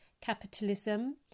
capitalism